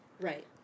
Right